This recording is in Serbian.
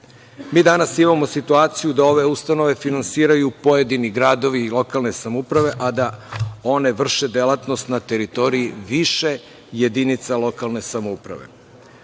danas imamo situaciju da ove ustanove finansiraju pojedini gradovi, lokalne samouprave, a da one vrše delatnost na teritoriji više jedinica lokalne samouprave.